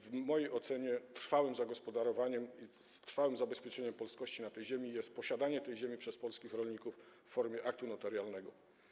W mojej ocenie trwałym zagospodarowaniem i trwałym zabezpieczeniem polskości na tej ziemi jest posiadanie tej ziemi przez polskich rolników w formie aktu notarialnego.